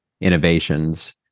innovations